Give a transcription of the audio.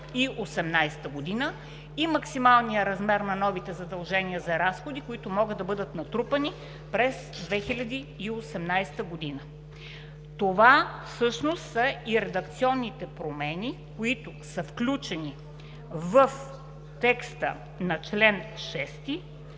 и максималния размер на новите задължения за разходи, които могат да бъдат натрупани през 2018 г. Това всъщност са и редакционните промени, които са включени в текста на чл. 6